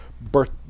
birth